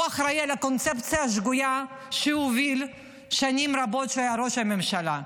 הוא אחראי לקונספציה השגויה שהוביל שנים רבות כשהיה ראש ממשלה,